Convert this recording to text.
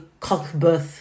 Cockbirth